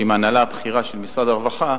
עם ההנהלה הבכירה של משרד הרווחה,